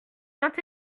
vingt